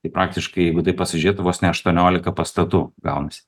tai praktiškai jeigu tai pasižiūrėt vos ne aštuoniolika pastatų gaunasi